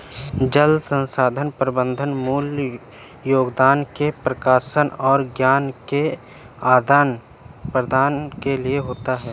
जल संसाधन प्रबंधन मूल योगदान के प्रकाशन और ज्ञान के आदान प्रदान के लिए होता है